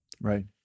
Right